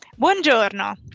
Buongiorno